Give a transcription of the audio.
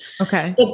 Okay